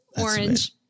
orange